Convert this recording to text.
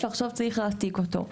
ועכשיו, צריך להעתיק אותו.